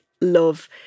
love